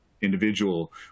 individual